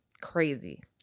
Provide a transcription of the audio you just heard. Crazy